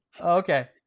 Okay